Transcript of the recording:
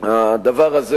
הדבר הזה,